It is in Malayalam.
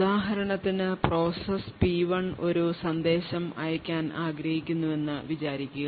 ഉദാഹരണത്തിന് പ്രോസസ്സ് P1 ഒരു സന്ദേശം അയയ്ക്കാൻ ആഗ്രഹിക്കുന്നുവെന്ന് വിചാരിക്കുക